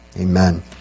Amen